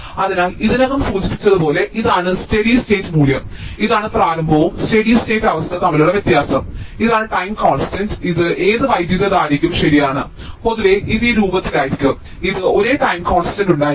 അതിനാൽ ഇതിനകം സൂചിപ്പിച്ചതുപോലെ ഇതാണ് സ്റ്റെഡി സ്റ്റേറ്റ് മൂല്യം ഇതാണ് പ്രാരംഭവും സ്റ്റെഡി സ്റ്റേറ്റ് അവസ്ഥ തമ്മിലുള്ള വ്യത്യാസം ഇതാണ് ടൈം കോൺസ്റ്റന്റ് ഇത് ഏത് വൈദ്യുതധാരയ്ക്കും ശരിയാണ് പൊതുവെ ഇത് ഈ രൂപത്തിലായിരിക്കും ഇത് ഒരേ ടൈം കോൺസ്റ്റന്റ് ഉണ്ടായിരിക്കും